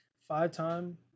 five-time